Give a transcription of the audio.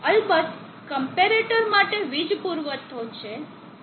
અલબત્ત ક્મ્પેરેટર માટે વીજ પુરવઠો છે